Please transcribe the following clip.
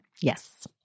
Yes